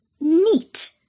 neat